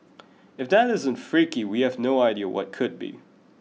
if that isn't freaky we have no idea what could be